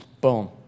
boom